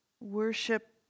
worship